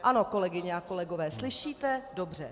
Ano, kolegyně a kolegové, slyšíte dobře.